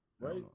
right